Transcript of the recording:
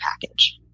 package